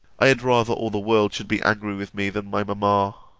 i had rather all the world should be angry with me than my mamma!